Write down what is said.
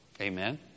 Amen